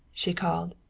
she called.